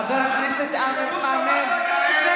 חבר הכנסת חמד עמאר?